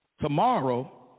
Tomorrow